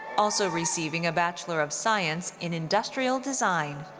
also receiving a bachelor of science in industrial design.